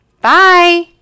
Bye